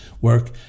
work